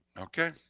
okay